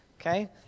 Okay